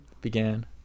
began